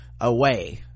away